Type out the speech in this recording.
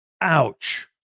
Ouch